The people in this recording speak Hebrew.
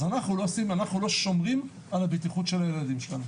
אז אנחנו לא שומרים על הבטיחות של הילדים שלנו.